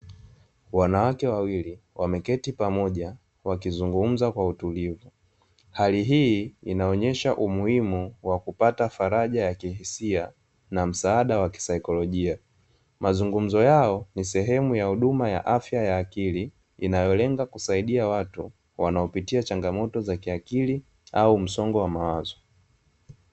Wanawake wawili wameketi pamoja wakizungumza kwa utulivu, hali hii inaonyesha umuhimu wa kupata faraja ya kihisia na msaada wa kisaikolojia, Mazungumzo yao ni sehemu ya huduma ya afya ya akili inayolenga kusadia watu wanaopitia matatizo za kiakili au msongo wa mawazo.